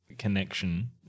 connection